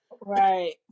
right